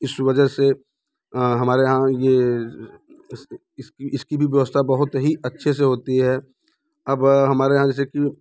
इस वजह से हमारे यहाँ ये इस इसकी इसकी भी व्यवस्था बहुत ही अच्छे से होती है अब हमारे यहाँ जैसे कि